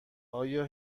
آیا